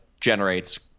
generates